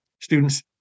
Students